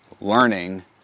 learning